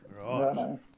Right